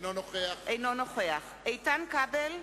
אינו נוכח איתן כבל,